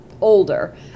older